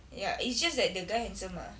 ya it's just that the guy handsome ah